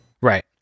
Right